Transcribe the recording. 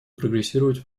прогрессировать